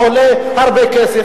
הכוללים חברות מנהלות של קופות גמל,